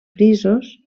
frisos